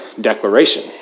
declaration